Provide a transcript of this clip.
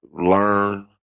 learn